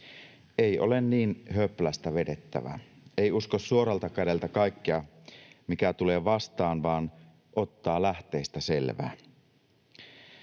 ei ole niin höplästä vedettävä, ei usko suoralta kädeltä kaikkea, mikä tulee vastaan, vaan ottaa lähteistä selvää.